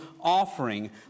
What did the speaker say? offering